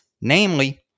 Namely